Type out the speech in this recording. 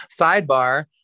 sidebar